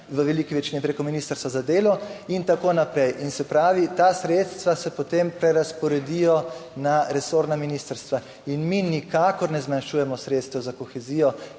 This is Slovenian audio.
v veliki večini preko Ministrstva za delo, in tako naprej. Se pravi, ta sredstva se potem prerazporedijo na resorna ministrstva in mi nikakor ne zmanjšujemo sredstev za kohezijo,